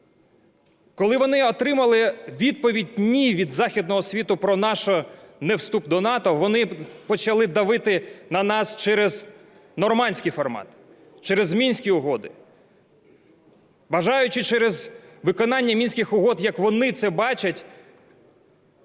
Коли вони отримали відповідь "ні" від Західного світу про наш невступ до НАТО, вони почали давити на нас через Нормандський формат, через Мінські угоди, бажаючи через виконання Мінських угод, як вони це бачать,